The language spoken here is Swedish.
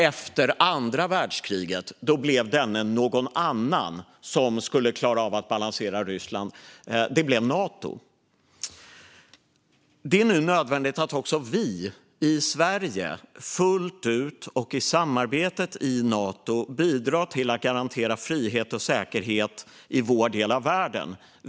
Efter andra världskriget blev denne "någon annan" som skulle klara av att balansera Ryssland Nato. Det är nu nödvändigt att också vi i Sverige fullt ut och i samarbetet i Nato bidrar till att garantera frihet och säkerhet i vår del av världen.